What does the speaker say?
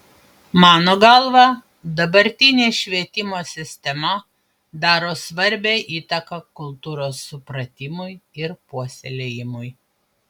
mano galva dabartinė švietimo sistema daro svarbią įtaką kultūros supratimui ir puoselėjimui